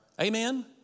Amen